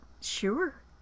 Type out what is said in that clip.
sure